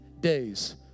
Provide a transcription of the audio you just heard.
days